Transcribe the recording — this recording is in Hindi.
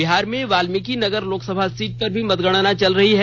बिहार में वाल्मिकी नगर लोकसभा सीट पर भी मतगणना चल रही है